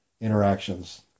interactions